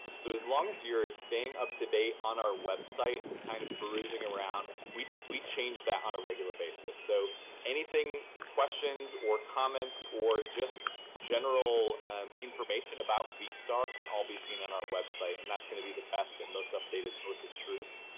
so as long as you're staying up to date on our website and kind of perusing around, we we change that on a regular basis. so anything, questions or comments or just general information about vstar can all be seen on our website. and that's going to be the best and most updated source of truth.